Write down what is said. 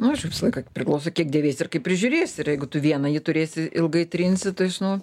nu aišku visą laiką priklauso kiek dėvėsi ir kaip prižiūrėsi ir jeigu tu vieną jį turėsi ilgai trinsi tai jis nu